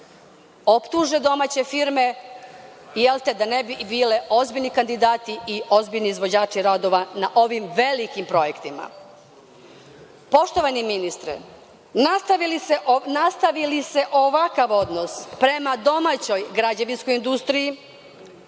optuže domaće firme da ne bi bile ozbiljni kandidati i ozbiljni izvođači radova na ovim velikim projektima. Poštovani ministre, nastavili se ovakav odnos prema domaćoj građevinskoj industriji,